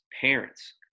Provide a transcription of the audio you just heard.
parents